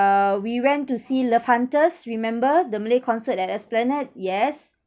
we went to see love hunters remember the malay concert at esplanade yes